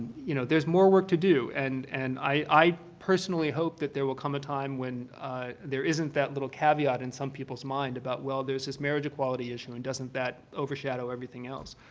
you know, there's more work to do, and and i personally hope that there will come a time when there isn't that little caveat in some people's mind about, well, there is this marriage equality issue and doesn't that overshadow everything else.